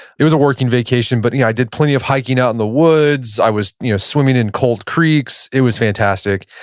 it as a working vacation but yeah i did plenty of hiking out in the woods, i was you know swimming in cold creeks, it was fantastic.